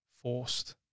forced